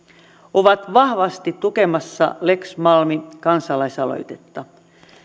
ovat vahvasti tukemassa lex malmi kansalaisaloitetta